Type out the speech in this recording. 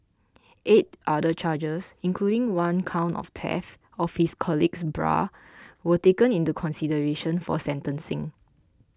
eight other charges including one count of theft of his colleague's bra were taken into consideration for sentencing